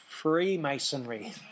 Freemasonry